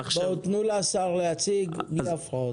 תנו לשר להציג בלי הפרעות.